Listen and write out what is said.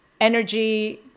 energy